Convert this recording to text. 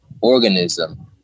organism